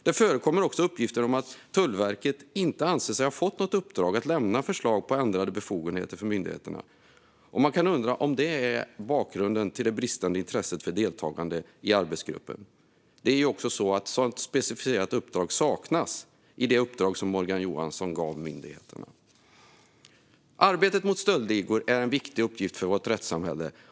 Det förekommer också uppgifter om att Tullverket inte anser sig ha fått något uppdrag att lämna förslag på ändrade befogenheter för myndigheterna. Man kan undra om det är bakgrunden till det bristande intresset för deltagande i arbetsgruppen. Ett sådant specificerat uppdrag saknas också i det uppdrag som Morgan Johansson gav myndigheterna. Arbetet mot stöldligor är en viktig uppgift för vårt rättssamhälle.